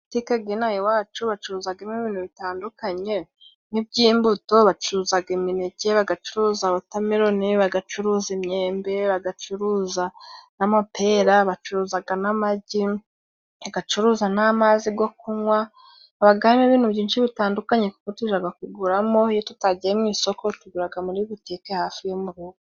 Butike zino aha iwacu bacuruzagamo ibintu bitandukanye nk'by'imbuto, bacuruzaga imineke, bagacuruza wotameroni, bagacuruza imyembe, bagacuruza n'amapera, bacuruzaga n'amagi, bagacuruza n'amazi go kunywa, habaga harimo ibintu byinshi bitandukanye kuko tujaga kuguramo, iyo tutagiye mu isoko tuguraga muri butike hafi yo mugo.